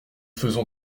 faisons